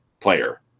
player